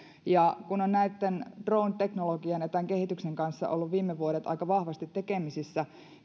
kun olen tämän drone teknologian ja sen kehityksen kanssa ollut viime vuodet aika vahvasti tekemisissä